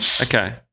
Okay